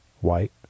white